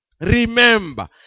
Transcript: Remember